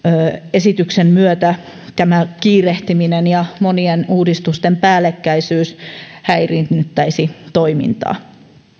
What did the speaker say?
esityksen myötä kiirehtiminen ja monien uudistusten päällekkäisyys häiriinnyttäisivät toimintaa